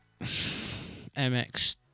MX